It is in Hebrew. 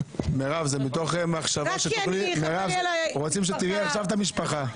מירב, רוצים שתיראי עכשיו את המשפחה.